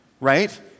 right